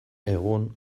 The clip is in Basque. egun